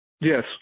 Yes